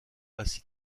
ainsi